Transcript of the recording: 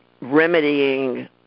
remedying